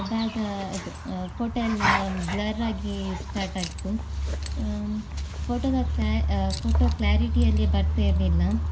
ಬ್ಯಾಗ ಅದು ಫೋಟೋ ಎಲ್ಲ ಬ್ಲರ್ರಾಗಿ ಸ್ಟಾರ್ಟಾಯ್ತು ಫೋಟೋದ ಕ್ಲಾ ಫೋಟೋ ಕ್ಲಾರಿಟಿಯಲ್ಲಿ ಬರ್ತಾ ಇರಲಿಲ್ಲ